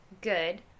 Good